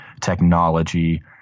technology